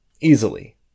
Easily